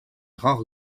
rares